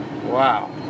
Wow